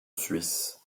suisse